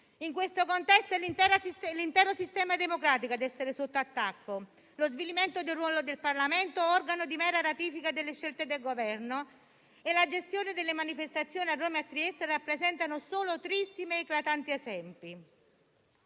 In questo contesto è l'intero sistema democratico a essere sotto attacco. Lo svilimento del ruolo del Parlamento, organo di mera ratifica delle scelte del Governo, e la gestione delle manifestazioni a Roma e a Trieste rappresentano solo tristi, ma eclatanti esempi.